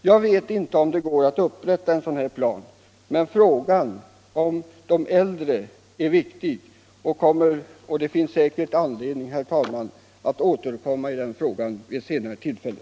Jag vet inte om det går att upprätta en sådan plan, men omsorgen om de äldre är viktig och det finns säkert anledning att återkomma i den frågan vid ett senare tillfälle.